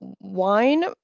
wine